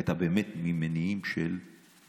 היא הייתה באמת ממניעים של